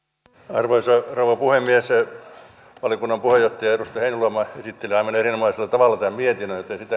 arvoisa rouva puhemies valiokunnan puheenjohtaja edustaja heinäluoma esitteli aivan erinomaisella tavalla tämän mietinnön joten sitä ei tarvitse täydentää mutta